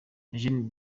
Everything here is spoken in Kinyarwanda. eugene